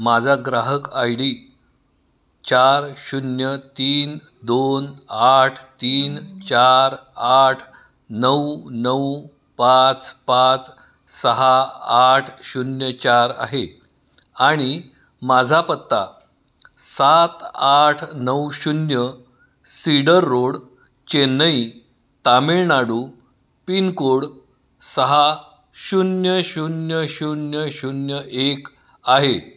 माझा ग्राहक I D चार शून्य तीन दोन आठ तीन चार आठ नऊ नऊ पाच पाच सहा आठ शून्य चार आहे आणि माझा पत्ता सात आठ नऊ शून्य cedar road Chennai Tamil Nadu pin code सहा शून्य शून्य शून्य शून्य एक आहे